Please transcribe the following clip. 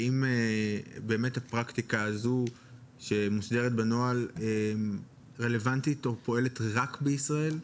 האם הפרקטיקה הזו שמוסדרת בנוהל רלוונטית או פועלת רק בישראל?